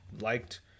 liked